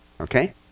okay